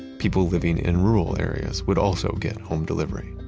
people living in rural areas would also get home delivery.